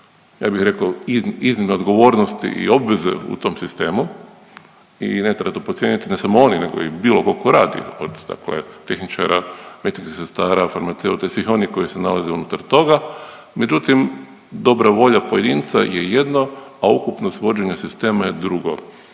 ja bih rekao iznimne odgovornosti i obveze u tom sistemu i ne treba to podcijeniti ne samo oni nego i bilo tko tko radi. Od dakle tehničara, medicinskih sestara, farmaceuta i svih onih koji se nalaze unutar toga, međutim dobra volja pojedinca je jedno, a ukupnost vođenja sistema je drugo.